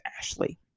ashley